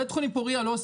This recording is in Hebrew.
בית חולים פורייה הוא לא,